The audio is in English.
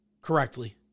correctly